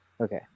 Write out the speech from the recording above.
Okay